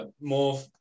more